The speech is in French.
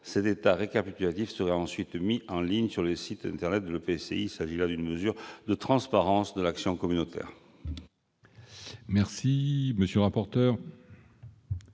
cet état récapitulatif sera ensuite mis en ligne sur le site internet de l'EPCI. Il s'agit là d'une mesure de transparence de l'action communautaire.